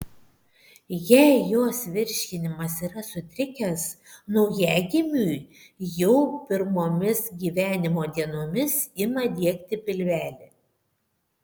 jei jos virškinimas yra sutrikęs naujagimiui jau pirmomis gyvenimo dienomis ima diegti pilvelį